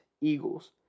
Eagles